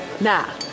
Now